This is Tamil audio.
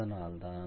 அதனால்தான்